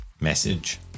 Message